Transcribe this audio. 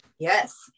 Yes